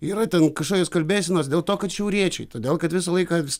yra ten kažkokios kalbėsenos dėl to kad šiauriečiai todėl kad visą laiką